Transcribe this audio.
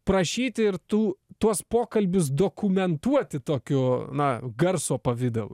prašyti ir tų tuos pokalbius dokumentuoti tokiu na garso pavidalu